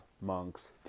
monks